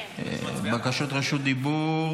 בקשות רשות דיבור